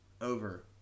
Over